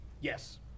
Yes